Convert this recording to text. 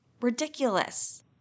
ridiculous